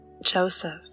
Joseph